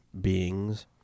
beings